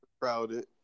crowded